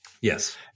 Yes